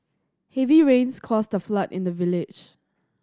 heavy rains caused a flood in the village